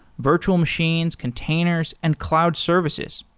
virtual machines, containers and cloud services.